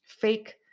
fake